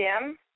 Jim